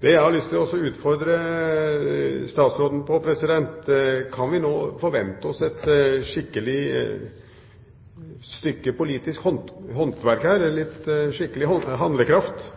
Det jeg har lyst til å utfordre statsråden på, er: Kan vi nå forvente et skikkelig politisk håndverk her, skikkelig handlekraft,